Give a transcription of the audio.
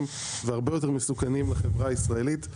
והרבה יותר מסוכנים לחברה הישראלית.